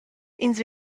ins